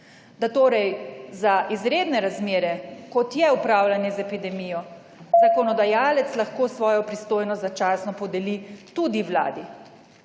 Da torej za izredne razmere, kot je upravljanje z epidemijo, zakonodajalec lahko svojo pristojnost začasno podeli tudi vladi,